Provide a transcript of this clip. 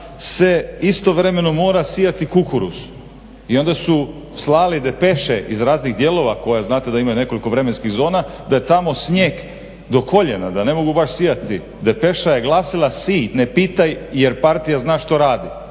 se istovremeno mora sijati kukuruz i onda su slali depeše iz raznih dijelova koje znate da imaju nekoliko vremenskih zona, da je tamo snijeg do koljena, da ne mogu baš sijati. Depeša je glasila sij, ne pitaj jer partija zna što radi.